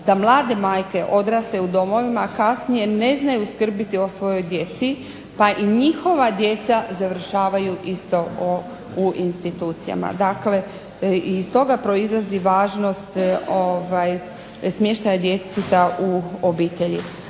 da mlade majke odrastaju u domovima, a kasnije ne znaju skrbiti o svojoj djeci pa i njihova djeca završavaju isto u institucijama. Dakle, iz toga proizlazi važnost smještaja djeteta u obitelji.